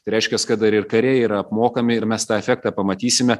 tai reiškias kad dar ir kariai yra apmokami ir mes tą efektą pamatysime